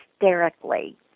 hysterically